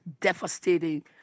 devastating